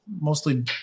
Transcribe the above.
mostly